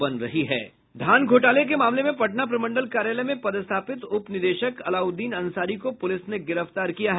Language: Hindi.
धान घोटाले के मामले में पटना प्रमंडल कार्यालय में पदस्थापित उपनिदेशक अलाउद्दीन अंसारी को पुलिस ने गिरफ्तार किया है